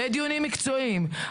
ודיונים מקצועיים.